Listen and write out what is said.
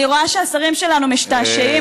אני רואה שהשרים שלנו משתעשעים.